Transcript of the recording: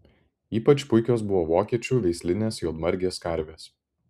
ypač puikios buvo vokiečių veislinės juodmargės karvės